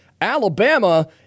Alabama